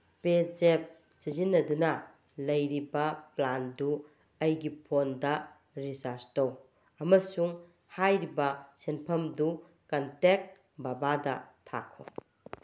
ꯄꯦꯖꯦꯞ ꯁꯤꯖꯤꯟꯅꯗꯨꯅ ꯂꯩꯔꯤꯕ ꯄ꯭ꯂꯥꯟꯗꯨ ꯑꯩꯒꯤ ꯐꯣꯟꯗ ꯔꯤꯆꯥꯔꯁ ꯇꯧ ꯑꯃꯁꯨꯡ ꯍꯥꯏꯔꯤꯕ ꯁꯦꯟꯐꯝꯗꯨ ꯀꯟꯇꯦꯛ ꯕꯕꯥꯗ ꯊꯥꯈꯣ